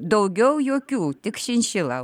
daugiau jokių tik šinšilą augini